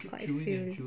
quite filling